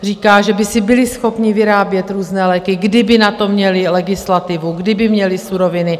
Říká, že by si byli schopni vyrábět různé léky, kdyby na to měli legislativu, kdyby měli suroviny.